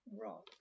Rock